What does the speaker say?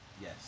Yes